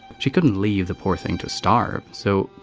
she couldn't leave the poor thing to starve, so,